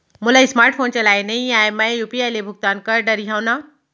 मोला smart phone चलाए नई आए मैं यू.पी.आई ले भुगतान कर डरिहंव न?